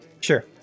sure